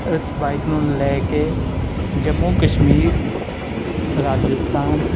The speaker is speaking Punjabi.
ਇਸ ਬਾਈਕ ਨੂੰ ਲੈ ਕੇ ਜੰਮੂ ਕਸ਼ਮੀਰ ਰਾਜਸਥਾਨ